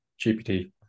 GPT